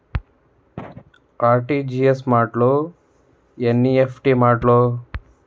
RTGS ಮಾಡ್ಲೊ NEFT ಮಾಡ್ಲೊ?